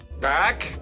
Back